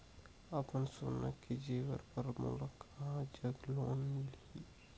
अपन सोना के जेवर पर मोला कहां जग लोन मिलही?